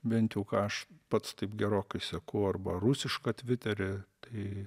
bent jau ką aš pats taip gerokai seku arba rusišką tviterį tai